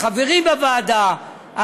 החברים בוועדה,